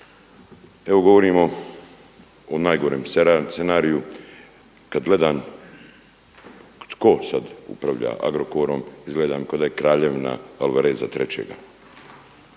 Evo govorimo o najgorem scenariju. Kada gledam tko sada upravlja Agrokorom izgleda mi kao da je kraljevina Alvareza III.